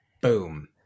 Boom